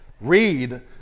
read